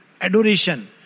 Adoration